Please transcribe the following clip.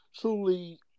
truly